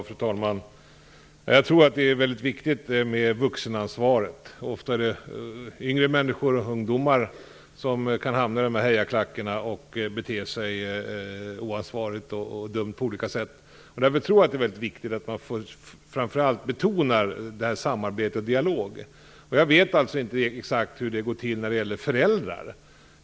Fru talman! Jag tror att det är väldigt viktigt med vuxenansvaret. Ofta är det yngre människor, ungdomar, som kan hamna i de här hejarklackarna och bete sig oansvarigt och dumt på olika sätt. Därför tror jag att det är väldigt viktigt att man framför allt betonar samarbete och dialog. Jag vet inte exakt hur det går till när det gäller föräldrar.